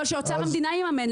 אבל שאוצר המדינה יממן,